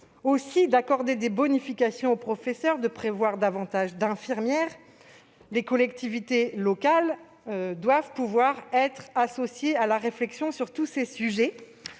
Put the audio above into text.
aussi, d'accorder des bonifications aux professeurs et de prévoir davantage d'infirmières. Les collectivités locales doivent pouvoir être associées à une réflexion sur l'ensemble de ces sujets.